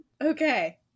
Okay